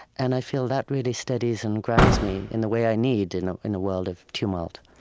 and i feel that really steadies and grounds me in the way i need in in a world of tumult